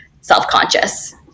self-conscious